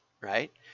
right